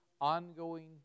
ongoing